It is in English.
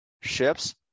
ships